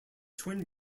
twin